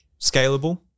scalable